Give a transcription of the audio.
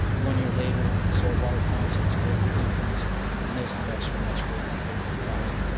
one year later soil water repellancy was greatly decreased and those affects were much greater than those of the fire.